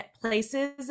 places